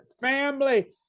family